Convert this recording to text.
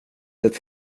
det